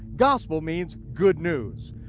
gospel means good news,